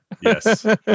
Yes